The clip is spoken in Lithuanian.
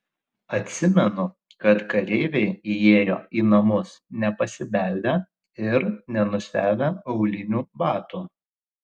atsimenu kad kareiviai įėjo į namus nepasibeldę ir nenusiavę aulinių batų